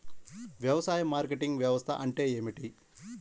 వ్యవసాయ మార్కెటింగ్ వ్యవస్థ అంటే ఏమిటి?